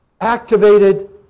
activated